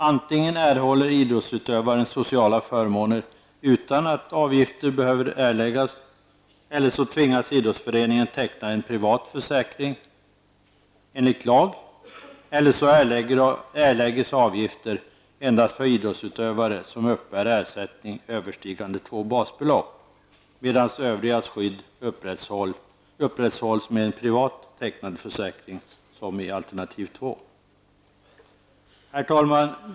Antingen erhåller idrottsutövaren sociala förmåner utan att avgifter behöver erläggas eller så tvingas idrottsföreningen teckna en privat försäkring enligt lag. Ett annat alternativ är att avgifter erläggs endast för idrottsutövare som uppbär ersättning överstigande 2 basbelopp, medan övrigas skydd upprätthålls med en privat tecknad försäkring som i alternativ 2. Herr talman!